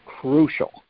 crucial